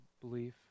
belief